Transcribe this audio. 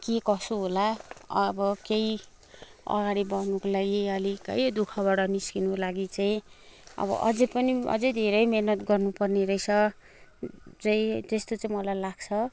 के कसो होला अब केही अगाडि बढ्नको लागि है अलिक दुखःबाट निस्किनको लागि चाहिँ अब अझै पनि अझै धेरै मेहनत गर्नु पर्ने रहेछ चाहिँ त्यस्तो चाहिँ मलाई लाग्छ